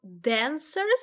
dancers